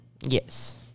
Yes